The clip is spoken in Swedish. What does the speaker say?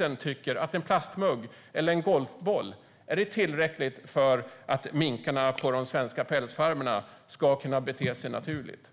han tycker att en plastmugg eller en golfboll är tillräckligt för att minkarna på de svenska pälsfarmerna ska kunna bete sig naturligt.